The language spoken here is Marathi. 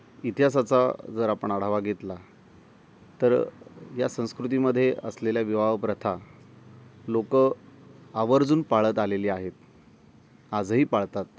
इतिहासाचा जर आपण आढावा घेतला तर या संस्कृतीमध्ये असलेल्या विवाहप्रथा लोकं आवर्जून पाळत आलेली आहेत आजही पाळतात